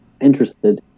interested